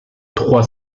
trois